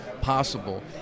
possible